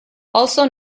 also